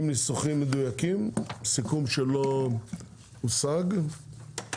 סיכום שלא הושג.